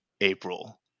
April